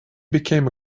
became